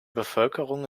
bevölkerung